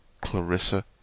Clarissa